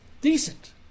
Decent